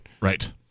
right